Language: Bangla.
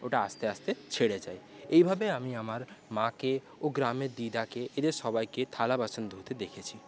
ওটা আস্তে আস্তে ছেড়ে যায় এভাবে আমি আমার মাকে ও গ্রামের দিদাকে এদের সবাইকে থালা বাসন ধুতে দেখেছি